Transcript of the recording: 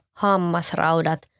hammasraudat